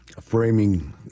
framing